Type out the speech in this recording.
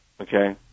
okay